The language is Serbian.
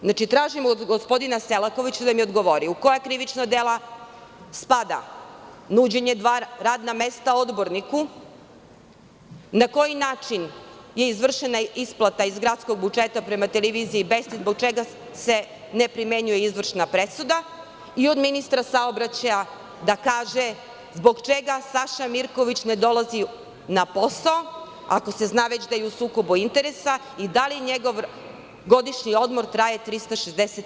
Znači, tražim od gospodina Selakovića da mi odgovori – koja krivična dela spada nuđenje dva radna mesta odborniku, na koji način je izvršena isplata iz gradskog budžeta prema televiziji „Best“ i zbog čega se ne primenjuje izvršna presuda i od ministra saobraćaja da kaže zbog čega Saša Mirković ne dolazi na posao ako se zna već da je u sukobu interesa i da li njegov godišnji odmor traje 365 dana?